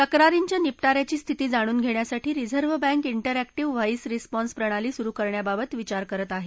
तक्रारींच्या निपटा याची स्थिती जाणून घेण्यासाठी reserve bank interactive voice response प्रणाली सुरु करण्याबाबत विचार करत आहे